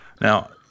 Now